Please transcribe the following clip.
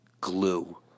glue